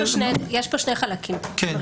לא,